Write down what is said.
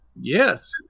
Yes